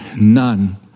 none